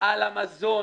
על המזון